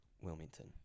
Wilmington